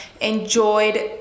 enjoyed